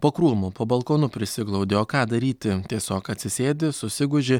po krūmu po balkonu prisiglaudi o ką daryti tiesiog atsisėdi susigūži